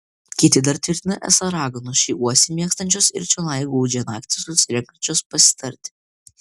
kiti dar tvirtina esą raganos šį uosį mėgstančios ir čionai gūdžią naktį susirenkančios pasitarti